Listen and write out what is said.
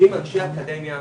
יושבים אנשי אקדמיה,